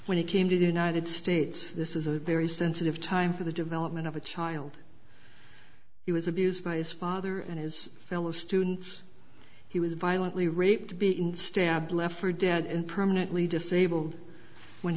when he came to the united states this is a very sensitive time for the development of a child he was abused by his father and his fellow students he was violently raped beaten stabbed left for dead and permanently disabled when